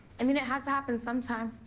i mean it had to happen sometime.